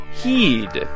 heed